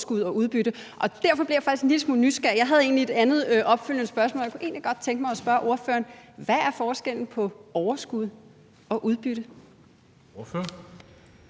en lille smule nysgerrig. Jeg havde egentlig et andet opfølgende spørgsmål, men jeg kunne godt tænke mig at spørge ordføreren: Hvad er forskellen på overskud og udbytte?